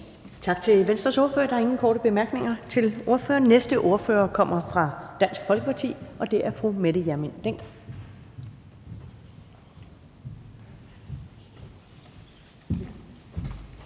Tak til Venstres ordfører. Der er ingen korte bemærkninger til ordføreren. Den næste ordfører kommer fra Dansk Folkeparti, og det er fru Mette Hjermind